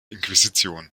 inquisition